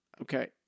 okay